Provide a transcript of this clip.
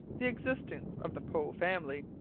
the existence of the poe family,